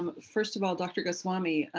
but first of all, dr. goswami,